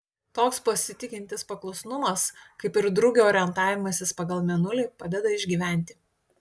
toks pasitikintis paklusnumas kaip ir drugio orientavimasis pagal mėnulį padeda išgyventi